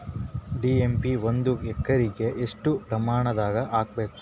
DAP ಒಂದು ಎಕರಿಗ ಎಷ್ಟ ಪ್ರಮಾಣದಾಗ ಹಾಕಬೇಕು?